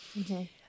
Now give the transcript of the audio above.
Okay